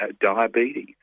Diabetes